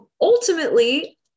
ultimately